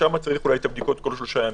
שם צריך אולי את הבדיקות כל שלושה ימים.